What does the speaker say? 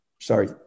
Sorry